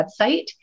website